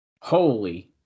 Holy